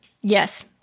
yes